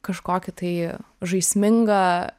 kažkokį tai žaismingą